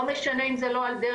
לא משנה אם זה לא הדרך,